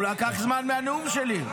הוא לקח זמן מהנאום שלי.